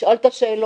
לשאול את השאלות.